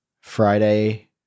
Friday